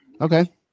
Okay